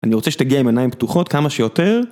אני רוצה שתגיע עם עיניים פתוחות כמה שיותר